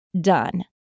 done